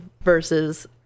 versus